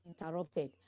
interrupted